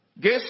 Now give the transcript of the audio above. Guess